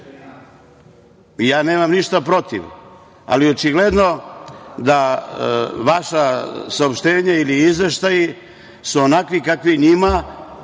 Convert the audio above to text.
Ja nemam ništa protiv, ali očigledno da vaša saopštenja ili izveštaji su onakvi kakvi njima